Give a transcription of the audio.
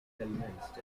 convinced